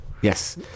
yes